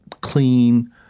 clean